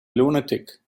lunatic